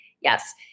Yes